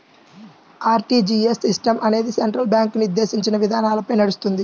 RTGS system అనేది central bank నిర్దేశించిన విధానాలపై నడుస్తుంది